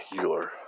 Euler